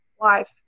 life